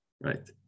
right